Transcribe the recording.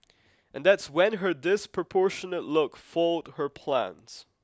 and that's when her disproportionate look foiled her plans